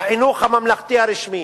בחינוך הממלכתי הרשמי,